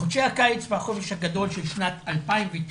בחודשי הקיץ והחופש הגדול של שנת 2019